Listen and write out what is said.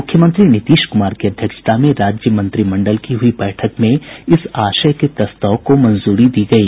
मुख्यमंत्री नीतीश कुमार की अध्यक्षता में राज्य मंत्रिमंडल की हुई बैठक में इस आशय के प्रस्ताव को मंजूरी दी गयी